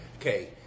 Okay